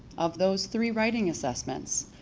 of those three writing assessments,